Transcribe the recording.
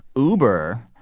uber.